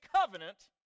covenant